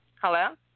Hello